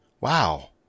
wow